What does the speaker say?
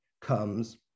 comes